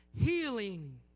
healing